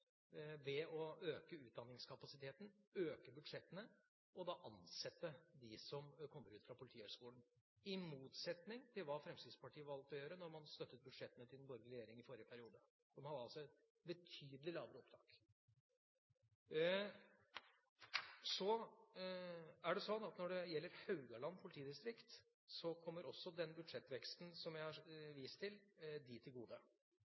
ved å øke utdanningskapasiteten, øke budsjettene og ansette dem som kommer ut fra Politihøgskolen, i motsetning til hva Fremskrittspartiet valgte å gjøre da de støttet budsjettene til den borgerlige regjering i forrige periode, hvor man altså hadde et betydelig lavere opptak. Når det gjelder Haugaland politidistrikt, kommer også den budsjettveksten som jeg har vist til, dem til gode.